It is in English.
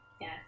Yes